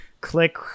click